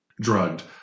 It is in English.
drugged